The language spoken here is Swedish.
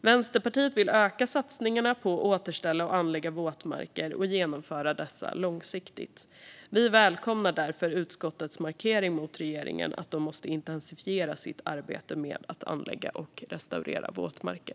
Vänsterpartiet vill öka satsningarna på att återställa och anlägga våtmarker och genomföra dessa långsiktigt. Vi välkomnar därför utskottets markering mot regeringen att den måste intensifiera sitt arbete med att anlägga och restaurera våtmarker.